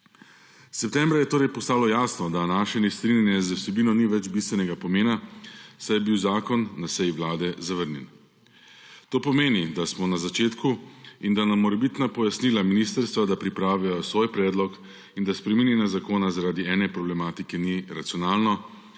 Septembra je torej postalo jasno, da naše nestrinjanje z vsebino ni več bistvenega pomena, saj je bil zakon na seji Vlade zavrnjen. To pomeni, da smo na začetku in da na morebitna pojasnila ministrstva, da pripravijo svoj predlog in da spreminjanje zakona zaradi ene problematike ni racionalno,